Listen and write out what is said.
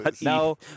No